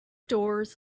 doors